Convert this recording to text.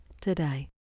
today